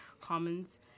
Commons